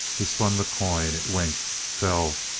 he spun the coin it winked, fell,